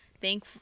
thank